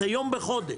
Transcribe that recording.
זה יום בחודש.